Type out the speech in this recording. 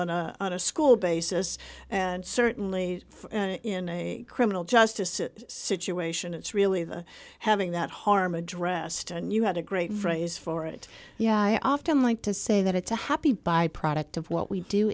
on a school basis and certainly in a criminal justice situation it's really having that harm addressed and you had a great phrase for it yeah i often like to say that it's a happy byproduct of what we do